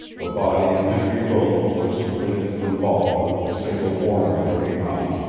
the body of henry wilton was committed to the vault with the single mourner looking on,